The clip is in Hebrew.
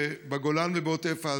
ובגולן ובעוטף עזה.